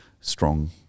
strong